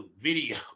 video